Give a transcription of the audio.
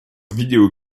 vidéo